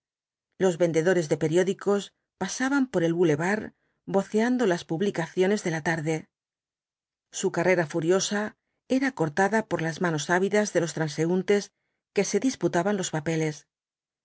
los vendedores de periódicos pasaban por el bulevar voceando las publicaciones de la tarde su carrera furiosa era cortada por las manos ávidas de los transeúntes que se disputaban los papeles